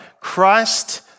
Christ